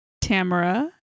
Tamara